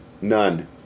None